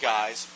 Guys